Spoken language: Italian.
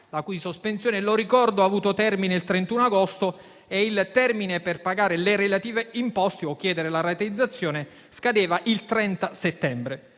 che - lo ricordo - ha avuto termine il 31 agosto, mentre il termine per pagare le relative imposte o chiedere la rateizzazione scadeva il 30 settembre.